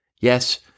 Yes